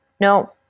No